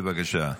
בבקשה.